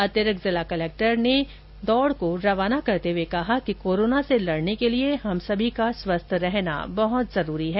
अतिरिक्त जिला कलेक्टर ने दौड को रवाना करते हुए कहा कि कोरोना से लडने के लिए हम सभी का स्वस्थ रहना बहुत जरूरी है